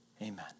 Amen